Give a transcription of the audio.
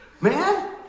man